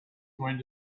going